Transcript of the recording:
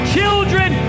children